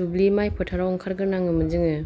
दुब्लि माइ फोथाराव ओंखारग्रोनाङोमोन जोङो